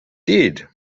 did